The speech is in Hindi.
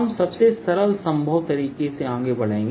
हम सबसे सरल संभव तरीके से आगे बढ़ेंगे